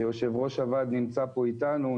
שיושב ראש הוועד נמצא פה אתנו.